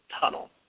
tunnel